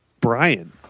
Brian